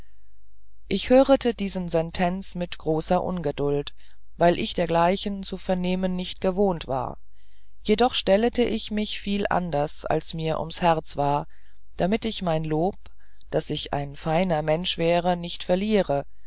ich hörete diesen sentenz mit großer ungedult weil ich dergleichen zu vernehmen nicht gewohnt war jedoch stellete ich mich viel anders als mirs ums herz war damit ich mein lob daß ich ein feiner mensch wäre nicht verliere